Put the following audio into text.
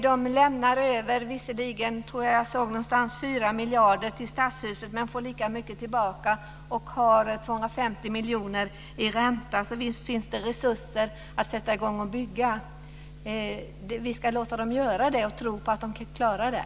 Jag tror jag såg någonstans att de visserligen lämnar över 4 miljarder till Stadshuset, men de får lika mycket tillbaka, och de har 250 miljoner i ränta. Visst finns det resurser att sätta i gång att bygga. Vi ska låta dem göra det och tro på att de klarar det.